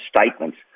statements